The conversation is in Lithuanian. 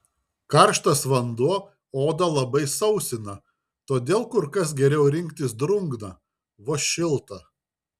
karštas vanduo odą labai sausina todėl kur kas geriau rinktis drungną vos šiltą